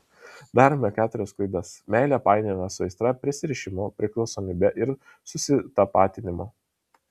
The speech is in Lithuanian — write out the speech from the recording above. darome keturias klaidas meilę painiojame su aistra prisirišimu priklausomybe ir susitapatinimu